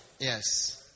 Yes